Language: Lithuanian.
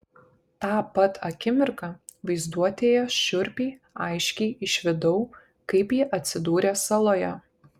tą pat akimirką vaizduotėje šiurpiai aiškiai išvydau kaip ji atsidūrė saloje